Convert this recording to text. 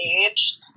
age